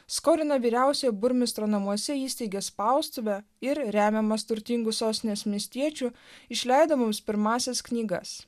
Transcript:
skolina vyriausiojo burmistro namuose įsteigė spaustuvę ir remiamas turtingų sostinės miestiečių išleisdavau pirmąsias knygas